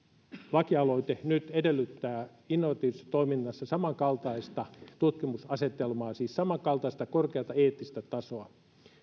lakialoite nyt edellyttää innovatiivisessa toiminnassa samankaltaista tutkimusasetelmaa siis samankaltaista korkeata eettistä tasoa